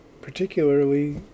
particularly